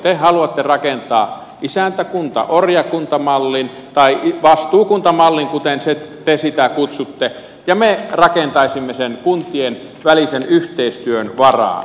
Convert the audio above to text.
te haluatte rakentaa isäntäkuntaorjakunta mallin tai vastuukuntamallin kuten te sitä kutsutte ja me rakentaisimme sen kuntien välisen yhteistyön varaan